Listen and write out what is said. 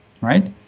right